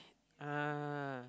ah